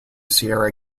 sierra